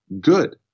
good